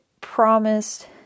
promised